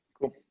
Cool